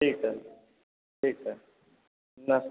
ठीक सर ठीक सर ना